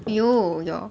!aiyo! your